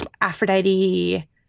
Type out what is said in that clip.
Aphrodite